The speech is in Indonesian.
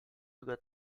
juga